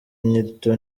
nyito